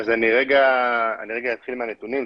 אני רגע אתחיל מהנתונים.